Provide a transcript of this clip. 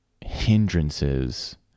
hindrances